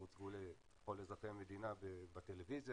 הם הוצגו לכל אזרחי המדינה בטלוויזיה,